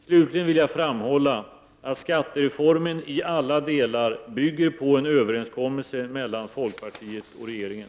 Slutligen vill jag framhålla att skattereformen i alla delar bygger på en överenskommelse mellan folkpartiet och regeringen.